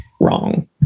wrong